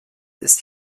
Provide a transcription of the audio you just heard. ist